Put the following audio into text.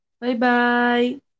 Bye-bye